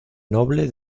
noble